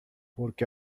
porque